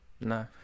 no